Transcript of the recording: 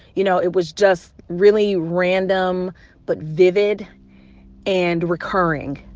you know, it was just really random but vivid and recurring.